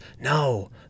No